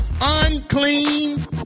unclean